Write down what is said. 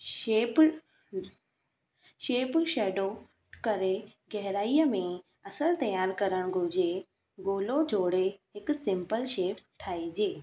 shape shape shadow करे गहेराईअ में असरु तयार करणु घुरिजे गोलो जोड़े हिकु सिंपल शेप ठाहिजे